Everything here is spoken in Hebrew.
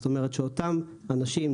זאת אומרת שאותם אנשים,